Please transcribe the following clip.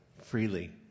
freely